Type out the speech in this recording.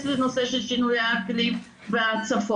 לנושא של שינויי האקלים וההצפות.